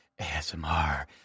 ASMR